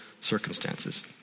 circumstances